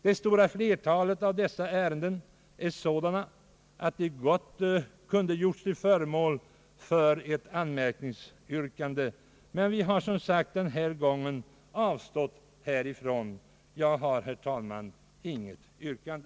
Det stora flertalet av dem är sådana, att de gott kunde gjorts till föremål för anmärkningsyrkanden; men vi har som sagt denna gång avstått härifrån. Jag har, herr talman, inget yrkande.